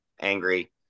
angry